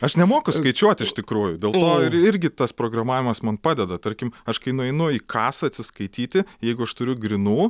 aš nemoku skaičiuoti iš tikrųjų dėl to ir irgi tas programavimas man padeda tarkim aš kai nueinu į kasą atsiskaityti jeigu aš turiu grynų